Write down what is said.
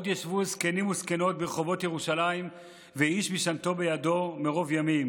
עוד ישבו זקנים וזקנות ברחֹבות ירושלים ואיש משענתו בידו מרב ימים,